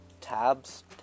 tabs